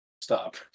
Stop